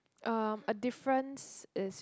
um a difference is